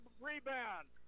rebound